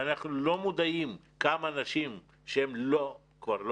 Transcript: ואנחנו לא מודעים כמה אנשים שהם כבר לא